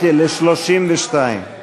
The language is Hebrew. לא